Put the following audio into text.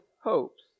hopes